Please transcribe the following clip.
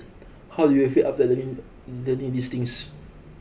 how do you feel after learning learning these things